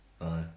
Aye